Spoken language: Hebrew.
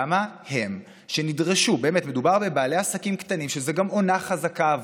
באמת מדובר בבעלי עסקים קטנים שזו גם עונה חזקה עבורם,